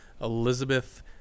elizabeth